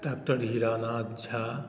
doctor Hiranath Jha